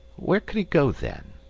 where could he go, then?